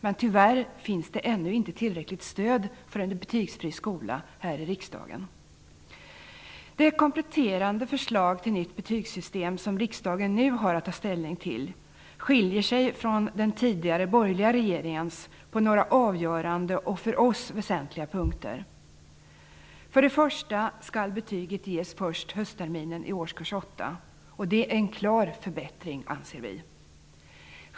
Men tyvärr finns det ännu inte tillräckligt stöd här i riksdagen för en betygsfri skola. Det kompletterande förslag till nytt betygssystem som riksdagen nu har att ta ställning till skiljer sig från den tidigare borgerliga regeringens förslag på några avgörande och för oss väsentliga punkter. Till att börja med skall betyg ges först höstterminen i årskurs 8. Det är en klar förbättring, anser vi.